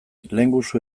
lehengusu